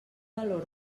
valor